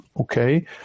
Okay